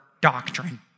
doctrine